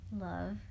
love